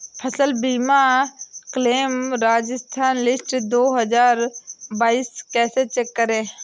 फसल बीमा claim Rajasthan list दो हज़ार बाईस कैसे चेक करें?